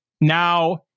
Now